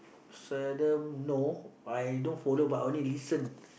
seldom no I don't follow but I only listen